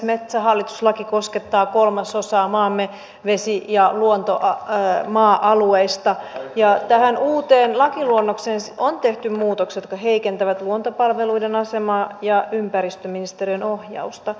metsähallitus laki koskettaa kolmasosaa maamme vesi ja maa alueista ja tähän uuteen lakiluonnokseen on tehty muutoksia jotka heikentävät luontopalveluiden asemaa ja ympäristöministeriön ohjausta